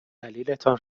دلیلتان